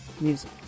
music